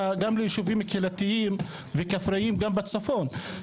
גם לישובים קהילתיים וכפריים גם בצפון.